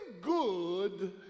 good